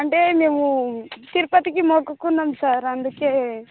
అంటే మేము తిరుపతికి మొక్కుకున్నాము సార్ అందుకని